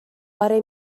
آره